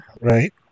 right